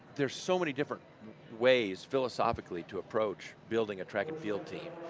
there's so many different ways philosophically to approach building a track and field team.